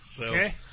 Okay